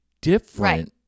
different